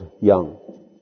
young